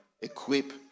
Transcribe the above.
equip